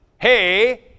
Hey